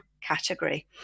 category